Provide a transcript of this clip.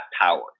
power